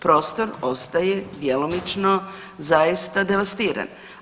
Prostor ostaje djelomično zaista devastiran.